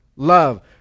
Love